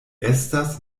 estas